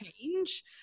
change